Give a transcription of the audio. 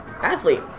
athlete